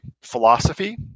philosophy